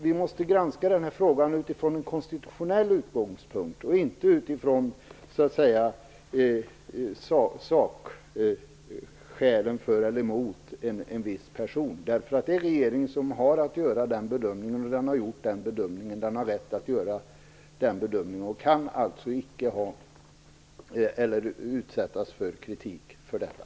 Vi måste granska den här frågan utifrån en konstitutionell utgångspunkt, inte utifrån sakskälen för eller emot en viss person. Det är regeringen som har rätt att göra den här bedömningen, och den har den också gjort den. Den kan inte utsättas för kritik för detta.